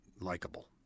likable